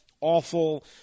awful